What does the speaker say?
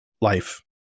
life